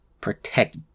protect